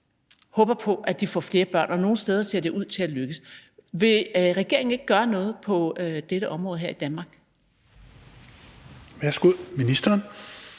man håber på, at de får flere børn, og nogle steder ser det ud til at lykkes. Vil regeringen ikke gøre noget på dette område her i Danmark? Kl. 13:14 Tredje